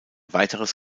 weiteres